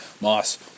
Moss